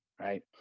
right